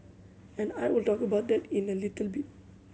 and I will talk about that in a little bit